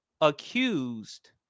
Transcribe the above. accused